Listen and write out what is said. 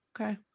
Okay